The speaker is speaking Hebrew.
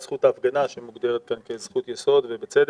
זכות ההפגנה שמוגדרת כאן כזכות יסוד ובצדק.